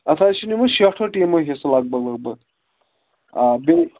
اَتھ حظ چھُ شیٹھو ٹیٖمو حِصہٕ لگ بگ لگ بگ آ بیٚیہِ